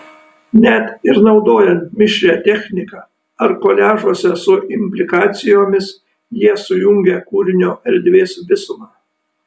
net ir naudojant mišrią techniką ar koliažuose su implikacijomis jie sujungia kūrinio erdvės visumą